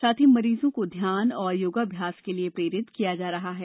साथ ही मरीजों को ध्यान और योगाभ्यास के लिए प्रेरित किया जा रहा है